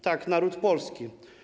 Tak, naród polski.